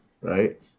right